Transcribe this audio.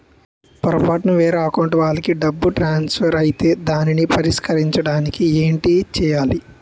పొరపాటున వేరే అకౌంట్ వాలికి డబ్బు ట్రాన్సఫర్ ఐతే దానిని పరిష్కరించడానికి ఏంటి చేయాలి?